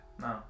No